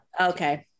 okay